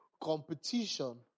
competition